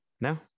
No